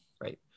right